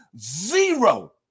zero